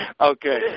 Okay